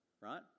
right